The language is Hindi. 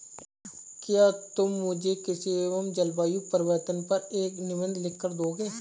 क्या तुम मुझे कृषि एवं जलवायु परिवर्तन पर एक निबंध लिखकर दोगे?